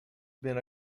been